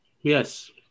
Yes